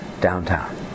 downtown